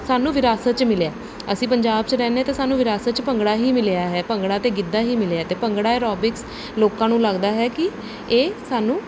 ਸਾਨੂੰ ਵਿਰਾਸਤ 'ਚ ਮਿਲਿਆ ਅਸੀਂ ਪੰਜਾਬ 'ਚ ਰਹਿੰਦੇ ਅਤੇ ਸਾਨੂੰ ਵਿਰਾਸਤ 'ਚ ਭੰਗੜਾ ਹੀ ਮਿਲਿਆ ਹੈ ਭੰਗੜਾ ਅਤੇ ਗਿੱਧਾ ਹੀ ਮਿਲਿਆ ਅਤੇ ਭੰਗੜਾ ਐਰੋਬਿਕਸ ਲੋਕਾਂ ਨੂੰ ਲੱਗਦਾ ਹੈ ਕਿ ਇਹ ਸਾਨੂੰ